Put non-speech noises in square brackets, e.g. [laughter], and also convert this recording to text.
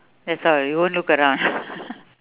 that's all you won't look around [laughs]